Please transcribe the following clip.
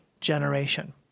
Generation